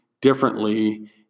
differently